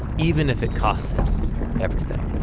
even if it costs everything.